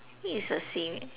it is the same